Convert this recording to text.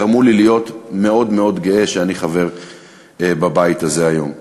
גרמו לי להיות מאוד מאוד גאה שאני חבר בבית הזה היום.